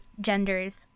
genders